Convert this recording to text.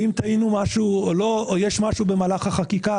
ואם טעינו במשהו או לא או אם יש משהו במהלך החקיקה